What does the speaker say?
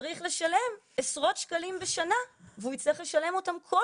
צריך לשלם עשרות שקלים בשנה והוא יצטרך לשלם אותם כל